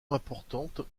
importantes